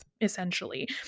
essentially